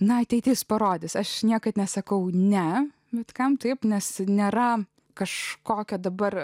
na ateitis parodys aš niekad nesakau ne bet kam taip nes nėra kažkokio dabar